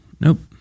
Nope